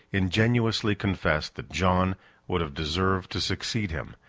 ingenuously confessed that john would have deserved to succeed him,